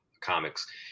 comics –